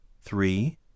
three